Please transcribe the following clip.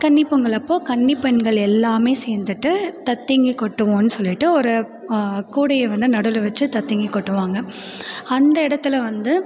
கன்னிப் பொங்கல் அப்போது கன்னிப் பெண்கள் எல்லாருமே சேர்ந்துட்டு தத்தங்கி கொட்டுவோம்னு சொல்லிட்டு ஒரு கூடையை வந்து நடுவில் வைச்சு தத்தங்கி கொட்டுவாங்க அந்த இடத்துல வந்து